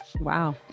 Wow